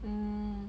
mm